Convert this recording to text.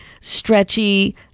stretchy